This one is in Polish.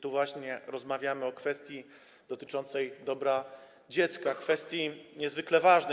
Tu właśnie rozmawiamy o kwestii dotyczącej dobra dziecka, kwestii niezwykle ważnej.